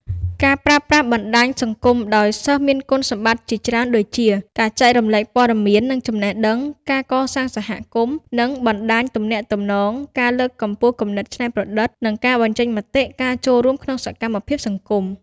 ការប្រើប្រាស់បណ្ដាញសង្គមដោយសិស្សមានគុណសម្បត្តិជាច្រើនដូចជា ការចែករំលែកព័ត៌មាន និងចំណេះដឹង ការកសាងសហគមន៍ និងបណ្ដាញទំនាក់ទំនង ការលើកកម្ពស់គំនិតច្នៃប្រឌិត និងការបញ្ចេញមតិ ការចូលរួមក្នុងសកម្មភាពសង្គម។